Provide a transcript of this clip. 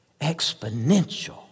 exponential